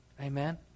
Amen